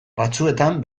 batzuetan